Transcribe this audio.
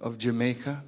of jamaica